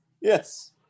Yes